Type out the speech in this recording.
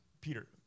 Peter